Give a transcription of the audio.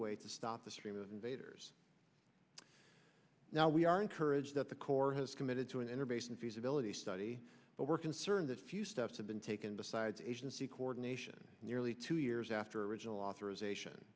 way to stop the stream of invaders now we are encouraged that the corps has committed to an interface and feasibility study but we're concerned that a few steps have been taken besides agency coordination nearly two years after original authorization